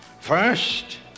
first